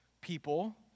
people